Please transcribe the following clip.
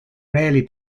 rarely